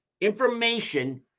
information